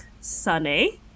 sunny